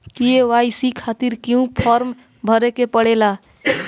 KYC खातिर क्यूं form भरे के पड़ेला?